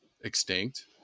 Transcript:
extinct